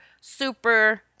super